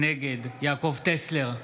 נגד יעקב טסלר,